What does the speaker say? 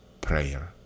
prayer